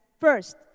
first